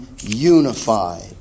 unified